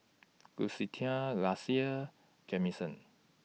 Lucretia Lassie Jameson